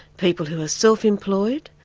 people who are self-employed.